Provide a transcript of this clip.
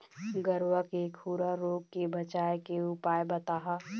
गरवा के खुरा रोग के बचाए के उपाय बताहा?